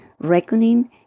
reckoning